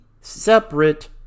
separate